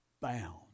bound